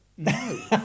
No